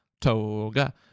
Toga